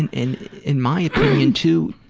and, in in my opinion too,